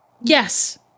Yes